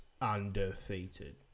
undefeated